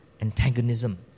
antagonism